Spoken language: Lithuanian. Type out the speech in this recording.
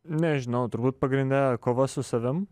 nežinau turbūt pagrindine kova su savim